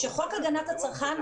כשחוק הגנת הצרכן,